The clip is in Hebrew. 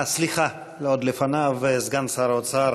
סליחה, עוד לפניו, סגן שר האוצר